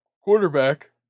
quarterback